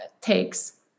takes